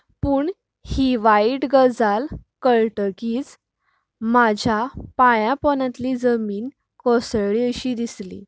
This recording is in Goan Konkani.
पूण ही वायट गजाल कळटकीच म्हाज्या पांयां पोंदांतली जमीन कोसळ्ळी अशीं दिसली